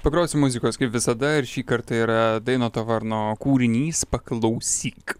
pagrosim muzikos kaip visada ir šį kartą yra dainoto varno kūrinys paklausyk